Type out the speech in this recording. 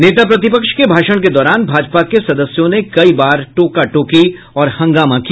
नेता प्रतिपक्ष के भाषण के दौरान भाजपा के सदस्यों ने कई बार टोका टोकी और हंगामा किया